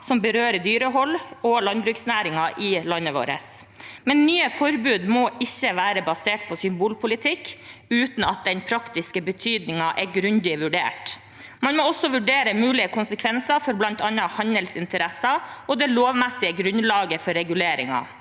som berører dyrehold og landbruksnæringen i landet vårt. Nye forbud må imidlertid ikke være basert på symbolpolitikk uten at den praktiske betydningen er grundig vurdert. Man må også vurdere mulige konsekvenser for bl.a. handelsinteresser og det lovmessige grunnlaget for reguleringen.